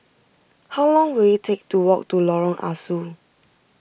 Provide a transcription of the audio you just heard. how long will it take to walk to Lorong Ah Soo